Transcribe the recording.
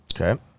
Okay